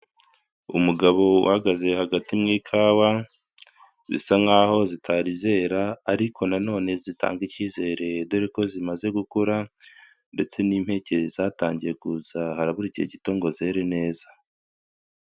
Umugabo uhagaze hagati mu ikawa, bisa nkaho zitari zera, ariko nanone zitanga ikizere dore ko zimaze gukura ndetse n'impeke zatangiye kuza harabura igihe gito ngo zere neza.